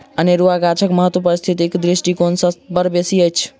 अनेरुआ गाछक महत्व पारिस्थितिक दृष्टिकोण सँ बड़ बेसी अछि